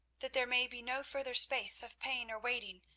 that there may be no further space of pain or waiting,